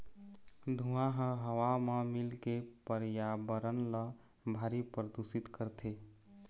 धुंआ ह हवा म मिलके परयाबरन ल भारी परदूसित करथे